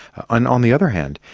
ah on on the other hand,